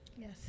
Yes